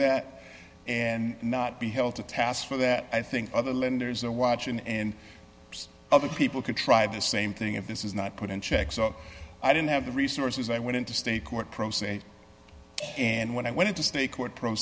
that and not be held to task for that i think other lenders are watching and other people could try the same thing if this is not put in check so i didn't have the resources i went into state court pro se and when i went to state court pro